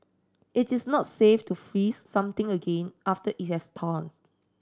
it is not safe to freeze something again after it has thawed